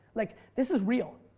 like this is real.